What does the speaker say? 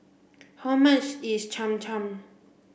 how much is Cham Cham